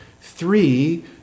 Three